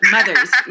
Mothers